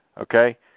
okay